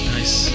Nice